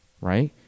right